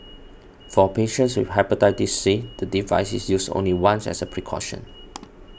for patients Hepatitis C the device is used only once as a precaution